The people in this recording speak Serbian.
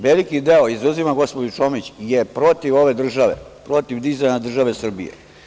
Veliki deo, izuzimam gospođu Čomić, je protiv ove države, protiv dizanja države Srbije.